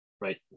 Right